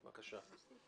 בבקשה.